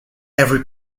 every